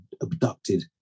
abducted